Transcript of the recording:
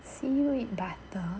seaweed butter